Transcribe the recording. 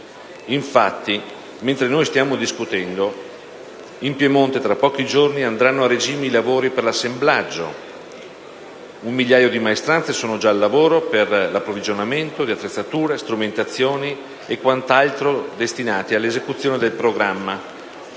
Infatti, mentre noi stiamo discutendo, in Piemonte tra pochi giorni andranno a regime i lavori per l'assemblaggio. Un migliaio di maestranze è già al lavoro per l'approvvigionamento di attrezzature, strumentazioni e quanto altro è necessario all'esecuzione del programma